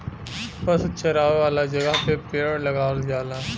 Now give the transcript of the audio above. पशु चरावे वाला जगह पे पेड़ लगावल जाला